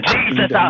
Jesus